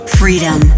freedom